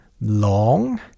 long